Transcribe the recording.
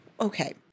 okay